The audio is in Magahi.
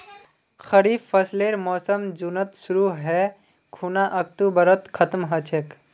खरीफ फसलेर मोसम जुनत शुरु है खूना अक्टूबरत खत्म ह छेक